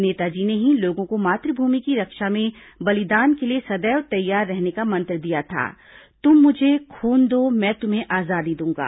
नेताजी ने ही लोगों को मातृभूमि की रक्षा में बलिदान के लिए सदैव तैयार रहने का मंत्र दिया था तुम मुझे खून दो मैं तुम्हें आजादी दूंगा